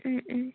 ம் ம்